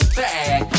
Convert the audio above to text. back